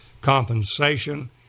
compensation